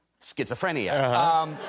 schizophrenia